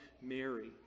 Mary